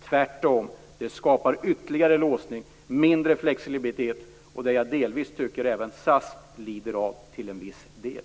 Tvärtom skapar det ytterligare låsning och mindre flexibilitet. Det lider även SAS av till en viss del.